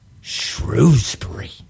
Shrewsbury